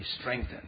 strengthened